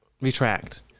retract